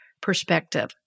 perspective